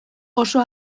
oso